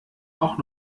auch